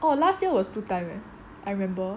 oh last year was two times leh I remember